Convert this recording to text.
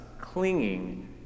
clinging